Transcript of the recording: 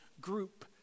group